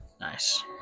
Nice